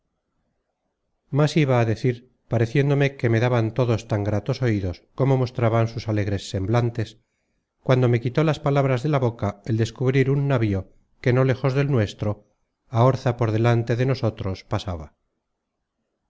más iba a decir pareciéndome que me daban todos tan gratos oidos como mostraban sus alegres semblantes cuando me quitó las palabras de la boca el descubrir un navío que no lejos del nuestro á orza por delante de nosotros pasaba